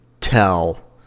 tell